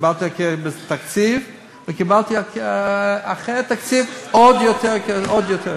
קיבלתי בתקציב, וקיבלתי אחרי התקציב עוד יותר כסף.